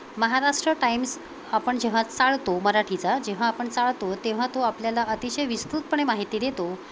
Maharashtra Times आपण जेव्हा चाळतो मराठीचा जेव्हा आपण चाळतो तेव्हा तो आपल्याला अतिशय विस्तृतपणे माहिती देतो